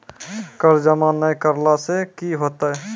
कर जमा नै करला से कि होतै?